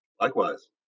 Likewise